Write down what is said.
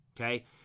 Okay